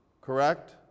correct